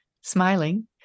smiling